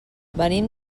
venim